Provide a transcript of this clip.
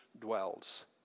dwells